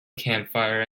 campfire